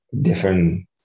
different